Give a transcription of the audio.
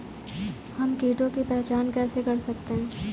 हम कीटों की पहचान कैसे कर सकते हैं?